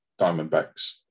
Diamondbacks